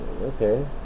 Okay